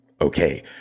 okay